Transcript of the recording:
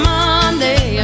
Monday